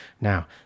Now